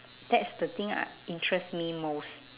that's the thing I interests me most